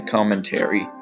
Commentary